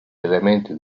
elementi